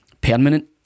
permanent